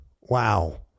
wow